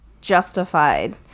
justified